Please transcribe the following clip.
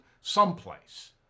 someplace